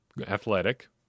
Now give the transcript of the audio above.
athletic